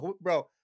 bro